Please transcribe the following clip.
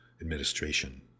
administration